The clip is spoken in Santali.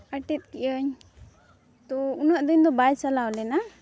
ᱟᱴᱮᱫ ᱠᱮᱫᱟᱹᱧ ᱛᱚ ᱩᱱᱟᱹᱜ ᱫᱤᱱᱫᱚ ᱵᱟᱭ ᱪᱟᱞᱟᱣ ᱞᱮᱱᱟ